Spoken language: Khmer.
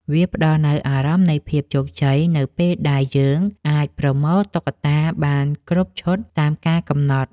វាផ្ដល់នូវអារម្មណ៍នៃភាពជោគជ័យ នៅពេលដែលយើងអាចប្រមូលតុក្កតាបានគ្រប់ឈុតតាមការកំណត់។